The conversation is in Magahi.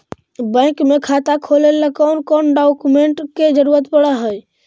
बैंक में खाता खोले ल कौन कौन डाउकमेंट के जरूरत पड़ है?